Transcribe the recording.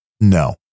No